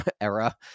era